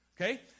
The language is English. okay